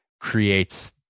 creates